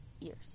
years